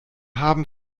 haben